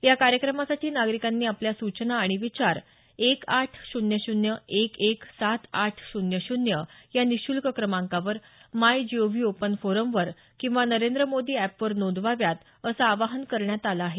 या कार्यक्रमासाठी नागरिकांनी आपल्या सूचना आणि विचार एक आठ शून्य शून्य एक एक सात आठ शून्य शून्य या निःशुल्क क्रमांकावर माय जीओव्ही ओपन फोरमवर किंवा नरेंद्र मोदी अॅप वर नोंदवाव्यात असं आवाहन करण्यात आलं आहे